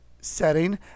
setting